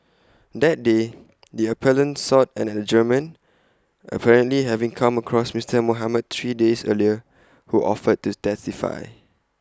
that day the appellant sought an adjournment apparently having come across Mister Mohamed three days earlier who offered to testify